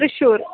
Thrissur